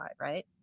right